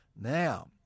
Now